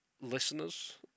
listeners